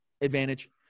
advantage